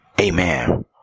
Amen